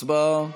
הצבעה.